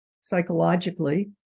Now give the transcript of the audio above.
Psychologically